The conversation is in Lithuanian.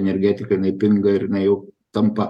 energetika jina pinga ir jinai jau tampa